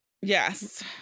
yes